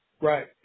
Right